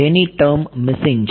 ની term missing છે